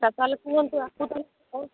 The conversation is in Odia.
ତାହାଲେ କୁହନ୍ତୁ ଆପଣ କ'ଣ